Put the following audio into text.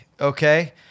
okay